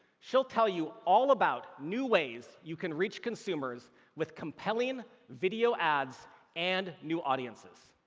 she'll tell you all about new ways you can reach consumers with compelling video ads and new audiences.